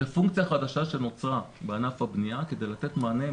זו פונקציה חדשה שנוצרה בענף הבנייה כדי לתת מענה,